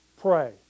pray